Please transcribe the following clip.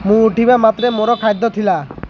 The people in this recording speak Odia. ମୁଁ ଉଠିବା ମା ତ୍ରେ ମୋର ଖାଦ୍ୟ ଥିଲା